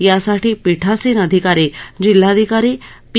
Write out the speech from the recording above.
यासाठी पीठासीन अधिकारी जिल्हाधिकारी पी